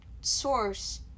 source